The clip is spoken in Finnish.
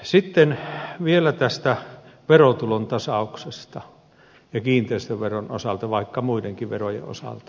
sitten vielä tästä verotulon tasauksesta kiinteistöveron osalta vaikka muidenkin verojen osalta